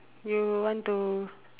you want to